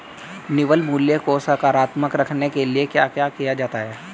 निवल मूल्य को सकारात्मक रखने के लिए क्या क्या किया जाता है?